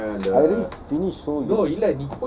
I already finish so